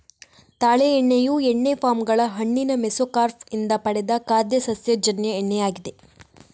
ತಾಳೆ ಎಣ್ಣೆಯು ಎಣ್ಣೆ ಪಾಮ್ ಗಳ ಹಣ್ಣಿನ ಮೆಸೊಕಾರ್ಪ್ ಇಂದ ಪಡೆದ ಖಾದ್ಯ ಸಸ್ಯಜನ್ಯ ಎಣ್ಣೆಯಾಗಿದೆ